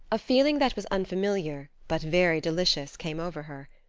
a feeling that was unfamiliar but very delicious came over her.